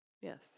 Yes